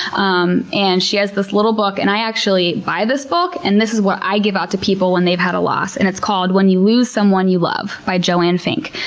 um and she has this little book and i actually buy this book, and this is what i give out to people when they've had a loss. and it's called when you lose someone you love, by joanne fink.